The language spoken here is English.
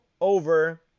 over